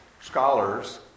scholars